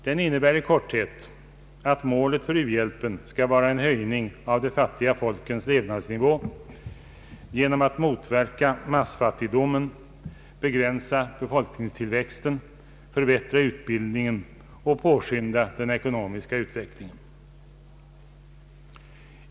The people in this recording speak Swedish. Den innebär i korthet att målet för u-hjälpen skall vara en höjning av de fattiga folkens levnadsnivå genom att motverka massfattigdomen, begränsa befolkningstillväxten, förbättra utbildningen och påskynda den ekonomiska utvecklingen.